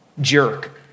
Jerk